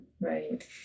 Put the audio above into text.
Right